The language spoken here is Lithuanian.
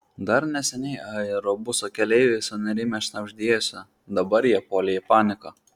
dar neseniai aerobuso keleiviai sunerimę šnabždėjosi dabar jie puolė į paniką